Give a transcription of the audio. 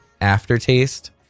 aftertaste